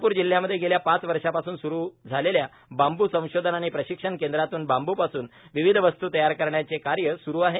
चंद्रपूर जिल्ह्यामध्ये गेल्या पाच वर्षापूर्वी स्रू झालेल्या बांबू संशोधन व प्रशिक्षण केंद्रातून बांबूपासून विविध वस्तू तयार करण्याचे कार्य स्रू आहे